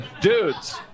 dudes